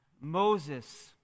Moses